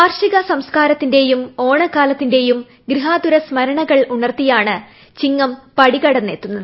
കാർഷിക സംസ്കാരത്തിന്റെയും ഓണക്കാലത്തിന്റേയും ഗൃഹാതുര സ്മരണകൾ ഉണർത്തിയാണ് ചിങ്ങം പടി കടന്നെത്തുന്നത്